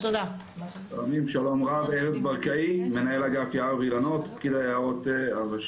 בגדול, לקחנו על עצמנו גם פעילות מחוץ